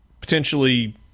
Potentially